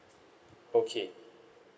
okay